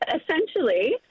essentially